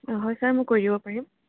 হয় ছাৰ মই কৰি দিব পাৰিম